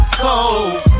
cold